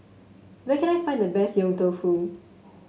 where can I find the best Yong Tau Foo